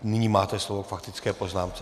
Nyní máte slovo k faktické poznámce.